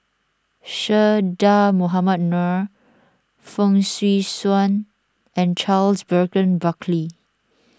Che Dah Mohamed Noor Fong Swee Suan and Charles Burton Buckley